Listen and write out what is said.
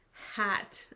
hat